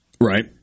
Right